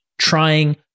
trying